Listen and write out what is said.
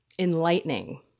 enlightening